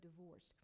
divorced